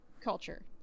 culture